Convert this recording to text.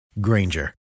Granger